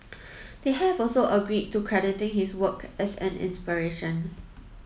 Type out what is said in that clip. they have also agreed to crediting his work as an inspiration